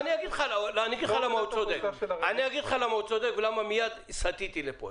אני אגיד לך למה הוא צודק ולמה מיד סטיתי לפה: